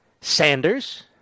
Sanders